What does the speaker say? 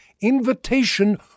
invitation